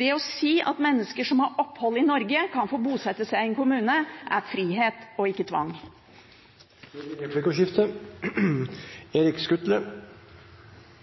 Det å si at mennesker som har opphold i Norge, kan få bosette seg i en kommune er frihet og ikke tvang. Det blir replikkordskifte.